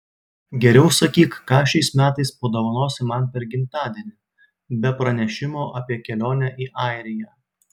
geriau sakyk ką šiais metais padovanosi man per gimtadienį be pranešimo apie kelionę į airiją